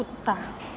कुत्ता